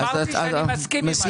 בסדר, אמרתי שאני מסכים עם מה שאמרת.